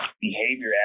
behavior